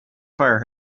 fire